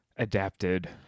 adapted